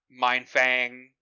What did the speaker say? Mindfang